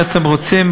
אם אתם רוצים,